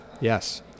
Yes